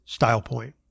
StylePoint